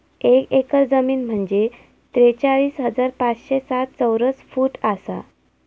एक एकर जमीन म्हंजे त्रेचाळीस हजार पाचशे साठ चौरस फूट आसा